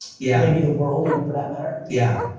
yeah. maybe the world, even for that matter. yeah.